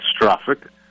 catastrophic